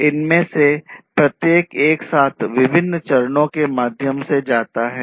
इनमें से प्रत्येक एक साथ विभिन्न चरणों के माध्यम से जाता है